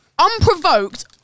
unprovoked